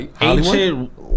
ancient